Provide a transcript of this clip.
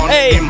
Hey